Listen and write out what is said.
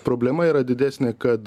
problema yra didesnė kada